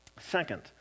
Second